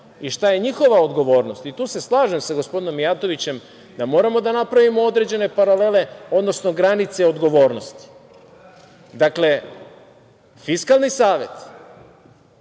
i šta je njihova odgovornost. Tu se slažem sa gospodinom Mijatovićem, da moramo da napravimo određene paralele, odnosno granice odgovornosti. Dakle, Fiskalni savet